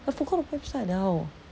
I forgot the website liao